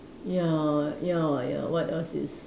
ya ya ya what else is